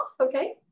okay